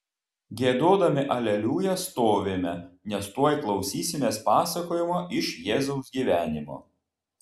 giedodami aleliuja stovime nes tuoj klausysimės pasakojimo iš jėzaus gyvenimo